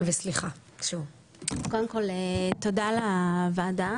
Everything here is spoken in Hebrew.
קודם כל תודה על הוועדה,